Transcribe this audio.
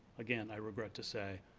again i regret to say,